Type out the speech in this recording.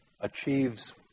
achieves